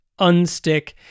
unstick